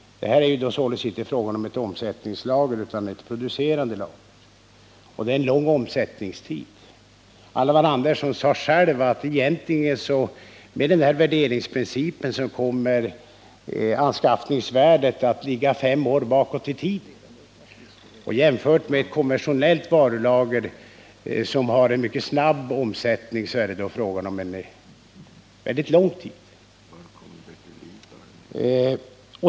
Här är det inte fråga om ett omsättningslager utan om ett producerande lager med lång omsättningstid. Alvar Andersson sade att med denna värderingsprincip kommer anskaffningsvärdet att ligga fem år bakåt i tiden. Jämfört med ett konventionellt varulager som har mycket snabb omsättning är det fråga om en mycket lång tid.